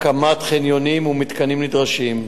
הקמת חניונים ומתקנים נדרשים.